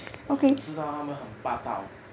我只知道他们很霸道